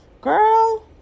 girl